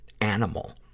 animal